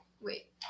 wait